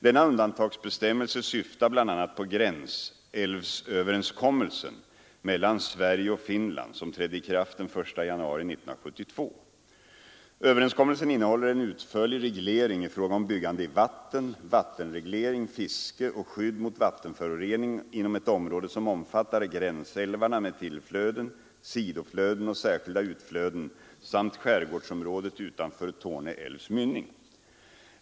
Denna undantagsbestämmelse syftar bl.a. på gränsälvsöverenskommelsen mellan Sverige och Finland, som trädde i kraft den 1 januari 1972. Överenskommelsen innehåller en utförlig reglering i fråga om byggande i vatten, vattenreglering, fiske och skydd mot vattenförorening inom ett område som omfattar gränsälvarna med tillflöden, sidoflöden och särskilda utflöden samt skärgårdsområdet utanför Torne älvs mynning.